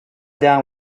down